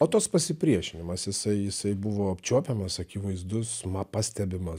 o tos pasipriešinimas jisai jisai buvo apčiuopiamas akivaizdus ma pastebimas